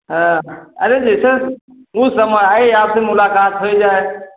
हाँ अरे जैसे कू समय आए आप से मुलाक़ात हो जाए